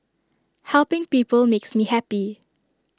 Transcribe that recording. helping people makes me happy